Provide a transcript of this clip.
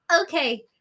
Okay